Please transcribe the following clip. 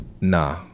Nah